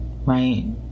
right